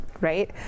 right